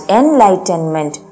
enlightenment